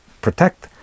protect